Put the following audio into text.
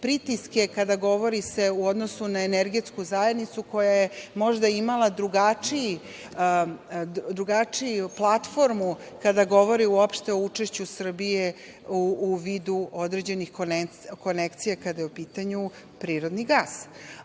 pritiske kada se govori u odnosu na energetsku zajednicu koja je možda imala drugačiju platformu kada govori uopšte o učešću Srbije u vidu određenih konekcija kada je u pitanju prirodni